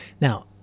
Now